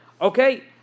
Okay